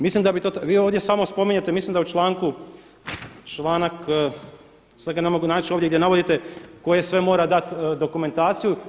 Mislim da bi to, vi ovdje samo spominjete, mislim da u članku, članak sad ga ne mogu naći ovdje gdje navodite koje sve mora dati dokumentaciju.